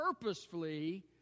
purposefully